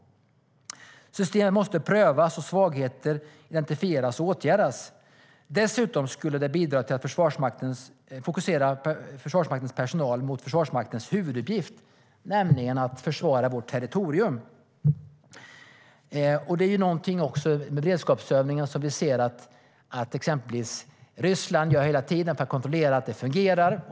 Systemet måste prövas och svagheter identifieras och åtgärdas. Dessutom skulle det fokusera Försvarsmaktens personal på Försvarsmaktens huvuduppgift, nämligen att försvara vårt territorium. Ryssland genomför hela tiden beredskapsövningar för att kontrollera att det hela fungerar.